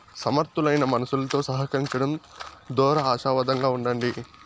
సమర్థులైన మనుసులుతో సహకరించడం దోరా ఆశావాదంగా ఉండండి